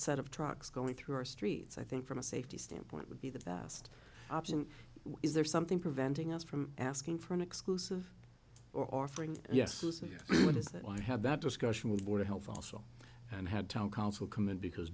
set of trucks going through our streets i think from a safety standpoint would be the best option is there something preventing us from asking for an exclusive or offering yes is a yes but is that i had that discussion with a board of health also and had town council come in because